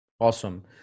awesome